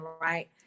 right